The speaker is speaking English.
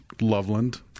Loveland